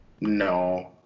No